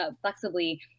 flexibly